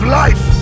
life